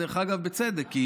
ובצדק,